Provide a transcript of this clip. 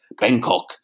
Bangkok